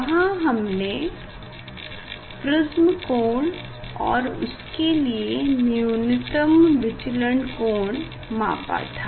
वहाँ हमने प्रिस्म कोण और उसके लिए न्यूनतम विचलन कोण मापा था